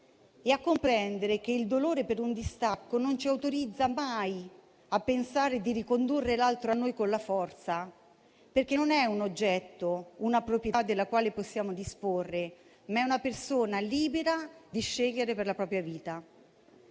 finisce, e che il dolore per un distacco non ci autorizza mai a pensare di ricondurre l'altro a noi con la forza, perché non è un oggetto, una proprietà della quale possiamo disporre, ma è una persona libera di scegliere per la propria vita.